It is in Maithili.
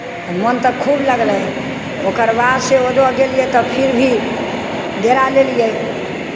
तऽ मोन तऽ खूब लगलै ओकर बादसँ ओजऽ गेलियै तऽ फिर भी डेरा लेलियै